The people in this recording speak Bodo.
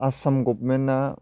आसाम गभमेना